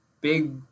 big